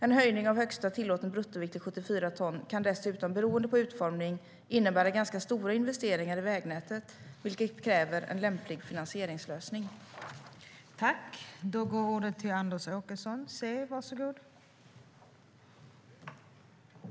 En höjning av högsta tillåtna bruttovikt till 74 ton kan dessutom, beroende på utformning, innebära ganska stora investeringar i vägnätet, vilket kräver en lämplig finansieringslösning.